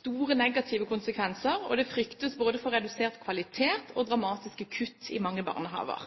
store negative konsekvenser. Det fryktes både for redusert kvalitet og for dramatiske kutt i mange barnehager.